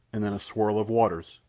and then a swirl of waters,